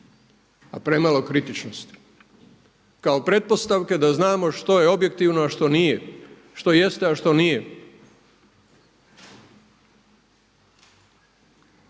a premalo kritičnosti kao pretpostavke da znamo što je objektivno, a što nije, što jeste, a što nije.